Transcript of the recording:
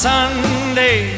Sunday